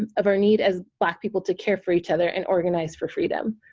of our need as black people to care for each other and organize for freedom.